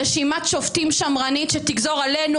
כאן רשימת שופטים שמרנית שתגזור עלינו,